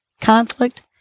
conflict